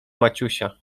maciusia